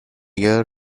year